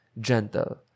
gentle